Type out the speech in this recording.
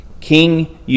King